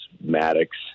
Maddox